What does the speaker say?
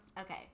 Okay